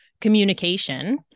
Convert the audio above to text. communication